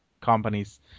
companies